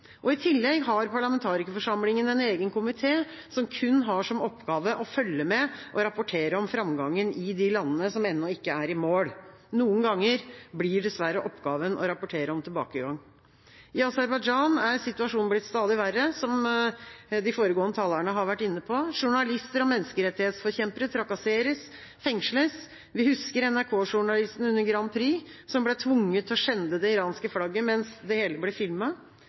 I tillegg har parlamentarikerforsamlinga en egen komité som kun har som oppgave å følge med og rapportere om framgangen i de landene som ennå ikke er i mål. Noen ganger blir dessverre oppgaven å rapportere om tilbakegang. I Aserbajdsjan er situasjonen blitt stadig verre, som de foregående talerne har vært inne på. Journalister og menneskerettighetsforkjempere trakasseres og fengsles. Vi husker NRK-journalisten under Melodi Grand Prix som ble tvunget til å skjende det iranske flagget, mens det hele